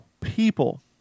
People